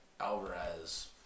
Alvarez